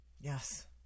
yes